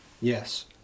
Yes